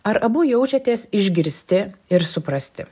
ar abu jaučiatės išgirsti ir suprasti